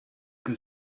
que